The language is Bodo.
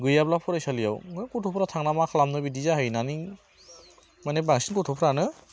गैयाब्ला फरायसालियाव ओंखायनो गथ'फ्रा थांना मा खालामनो बिदि जाहैनानै माने बांसिन गथ'फ्रानो